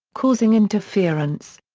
causing interference.